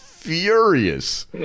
furious